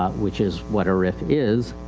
which is what a rif is,